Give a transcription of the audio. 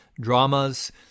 dramas